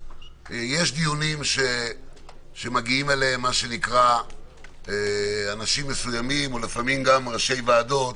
יש דיונים שמגיעים אליהם אנשים מסוימים או לפעמים גם ראשי ועדות,